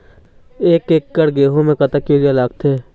एक एकड़ गेहूं म कतक यूरिया लागथे?